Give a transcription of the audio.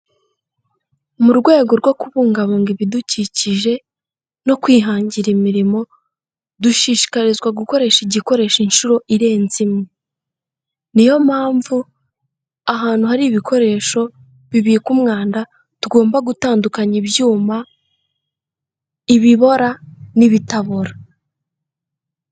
Mu rwego rwo kubungabunga ibidukikije no kwihangira imirimo dushishikarizwa gukoresha igikoresho inshuro irenze imwe, niyo mpamvu ahantu hari ibikoresho bibika umwanda tugomba gutandukanya ibyuma, ibibora n'ibitabora.